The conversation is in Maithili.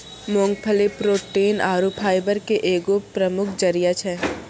मूंगफली प्रोटीन आरु फाइबर के एगो प्रमुख जरिया छै